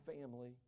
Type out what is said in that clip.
family